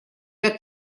для